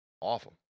Awful